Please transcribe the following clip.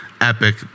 Epic